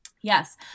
Yes